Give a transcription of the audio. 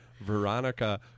Veronica